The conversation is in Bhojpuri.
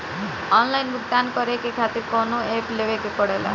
आनलाइन भुगतान करके के खातिर कौनो ऐप लेवेके पड़ेला?